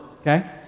okay